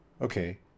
Okay